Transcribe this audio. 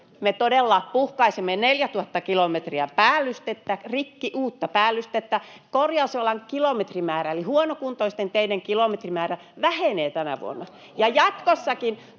me todella puhkaisemme 4 000 kilometriä päällystettä rikki, uutta päällystettä. Korjausvelan kilometrimäärä eli huonokuntoisten teiden kilometrimäärä vähenee tänä vuonna, ja jatkossakin